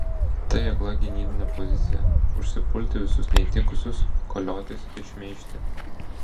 tai akla gynybinė pozicija užsipulti visus neįtikusius koliotis ir šmeižti